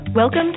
Welcome